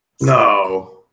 no